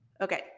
Okay